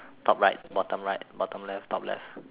top right bottom right bottom left top left